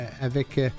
avec